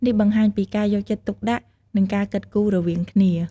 នេះបង្ហាញពីការយកចិត្តទុកដាក់ និងការគិតគូររវាងគ្នា។